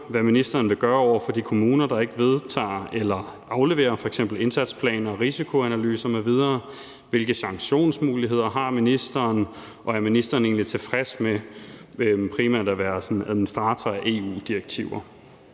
hvad ministeren vil gøre over for de kommuner, der ikke vedtager eller afleverer f.eks. indsatsplaner og risikoanalyser m.v., hvilke sanktionsmuligheder ministeren har, og om ministeren egentlig er tilfreds med primært at være sådan administrator af EU-direktiver.